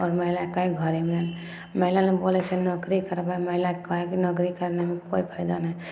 आओर महिलाके कहै हइ घरेमे महिला बोलै छै नौकरी करबै महिलाके कहै है कि नौकरी करैमे कोइ फायदा नहि हइ